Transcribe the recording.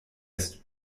ist